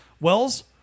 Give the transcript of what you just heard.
Wells